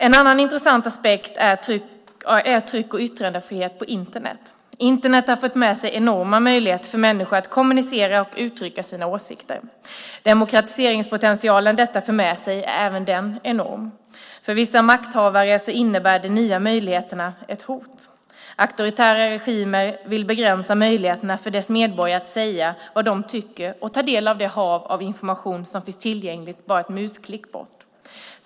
En annan intressant aspekt är tryck och yttrandefrihet på Internet. Internet har fört med sig enorma möjligheter för människor att kommunicera och uttrycka sina åsikter. Den demokratiseringspotential detta för med sig är även den enorm. För vissa makthavare innebär de nya möjligheterna ett hot. Auktoritära regimer vill begränsa möjligheterna för sina medborgare att säga vad de tycker och ta del av det hav av information som finns tillgängligt bara ett musklick bort.